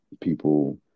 people